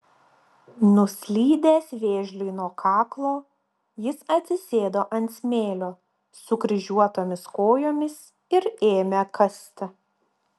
nuslydęs vėžliui nuo kaklo jis atsisėdo ant smėlio sukryžiuotomis kojomis ir ėmė kasti